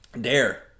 dare